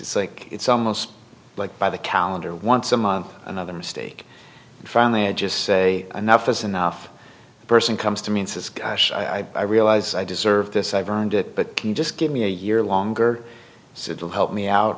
it's like it's almost like by the calendar once a month another mistake and finally i just say enough is enough the person comes to me and says gosh i realize i deserve this i've earned it but can you just give me a year longer so it will help me out